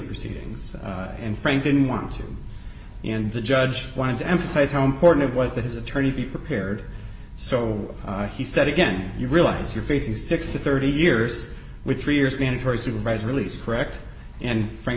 proceedings and frank didn't want to and the judge wanted to emphasize how important it was that his attorney be prepared so he said again you realize you're facing six to thirty years with three years mandatory supervised release correct and frank